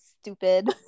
stupid